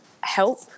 help